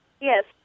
Yes